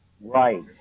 Right